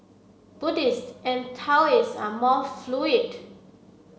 Buddhist and Taoists are more fluid